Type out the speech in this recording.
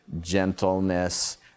gentleness